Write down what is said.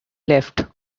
left